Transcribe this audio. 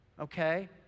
Okay